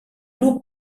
club